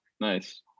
nice